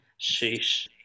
sheesh